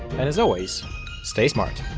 and as always stay smart.